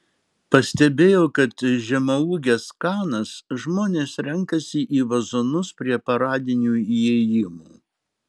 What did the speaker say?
pastebėjau kad žemaūges kanas žmonės renkasi į vazonus prie paradinių įėjimų